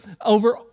over